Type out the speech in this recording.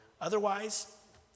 Otherwise